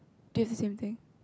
pick the same thing